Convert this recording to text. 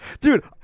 dude